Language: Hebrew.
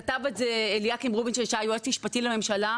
כתב את זה אליקים רובינשטיין שהיה היועץ המשפטי לממשלה,